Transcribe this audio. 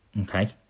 Okay